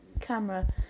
camera